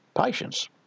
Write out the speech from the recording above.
patience